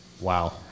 Wow